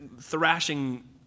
thrashing